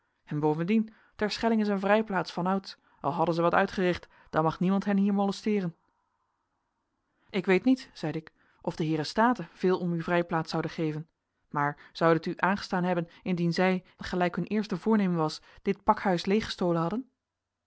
en bovendien terschelling is een vrijplaats vanouds al hadden zij wat uitgericht dan mag niemand hen hier molesteeren ik weet niet zeide ik of de heeren staten veel om uw vrijplaats zouden geven maar zoude het u aangestaan hebben indien zij gelijk hun eerste voornemen was dit pakhuis leeg gestolen hadden